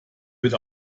wird